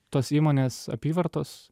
tos įmonės apyvartos